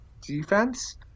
defense